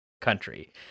country